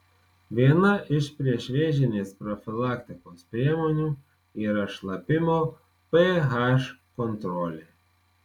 viena iš priešvėžinės profilaktikos priemonių yra šlapimo ph kontrolė